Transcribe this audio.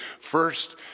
First